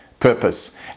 purpose